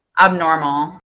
abnormal